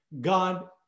God